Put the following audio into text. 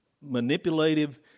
manipulative